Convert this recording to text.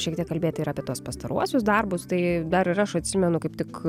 šiek tiek kalbėti ir apie tuos pastaruosius darbus tai dar ir aš atsimenu kaip tik